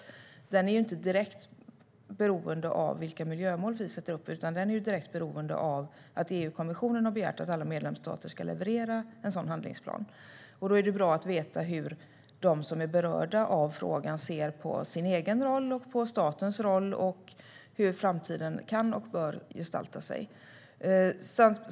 Handlingsplanen är ju inte direkt beroende av vilka miljömål som vi sätter upp, utan den är direkt beroende av att EU-kommissionen har begärt att alla medlemsstater ska leverera en sådan handlingsplan. Då kan det vara bra att veta hur de som är berörda av frågan ser på sin egen roll, på statens roll och på hur framtiden kan och bör gestalta sig.